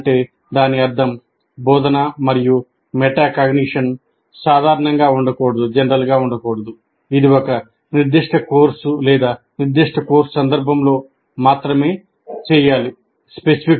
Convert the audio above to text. అంటే దాని అర్థం బోధన మరియు మెటాకాగ్నిషన్ సాధారణంగా ఉండకూడదు ఇది ఒక నిర్దిష్ట కోర్సు లేదా ఒక నిర్దిష్ట కోర్సు సందర్భంలో మాత్రమే చేయాలి